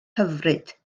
hyfryd